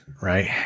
Right